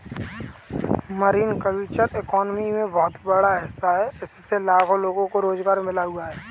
marine culture economy में बहुत बड़ा हिस्सा है इससे लाखों लोगों को रोज़गार मिल हुआ है